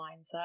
mindset